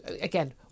again